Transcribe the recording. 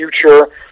future